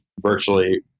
virtually